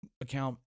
account